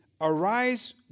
Arise